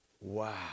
wow